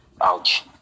Ouch